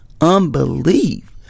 unbelief